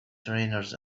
trainers